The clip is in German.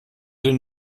den